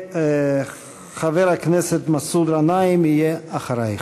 חבר הכנסת מסעוד גנאים יהיה אחרייך.